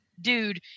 dude